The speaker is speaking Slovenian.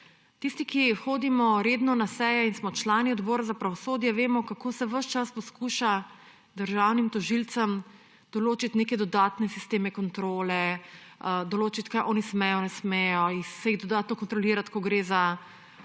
Tisti, ki hodimo redno na seje in smo člani Odbora za pravosodje, vemo, kako se ves čas poskuša državnim tožilcem določiti neke dodatne sisteme kontrole, določiti, kaj oni smejo, ne smejo, se jih dodatno kontrolirati, ko gre za zavrženja